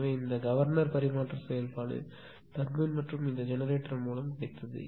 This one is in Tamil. எனவே இந்த கவர்னர் பரிமாற்ற செயல்பாடு டர்பைன் மற்றும் இந்த ஜெனரேட்டர் மூலம் கிடைத்தது